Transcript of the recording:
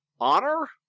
honor